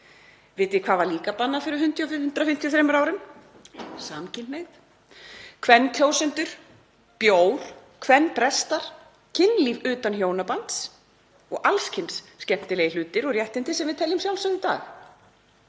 Vitið þið hvað var líka bannað fyrir 153 árum? Samkynhneigð, kvenkjósendur, bjór, kvenprestar, kynlíf utan hjónabands og alls kyns skemmtilegir hlutir og réttindi sem við teljum sjálfsögð í dag.